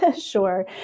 Sure